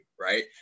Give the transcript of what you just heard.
right